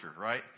right